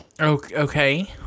Okay